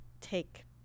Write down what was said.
take